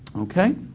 okay?